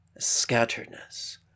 scatteredness